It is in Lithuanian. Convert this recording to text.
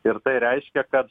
ir tai reiškia kad